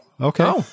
Okay